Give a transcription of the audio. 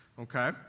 Okay